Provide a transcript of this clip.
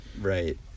Right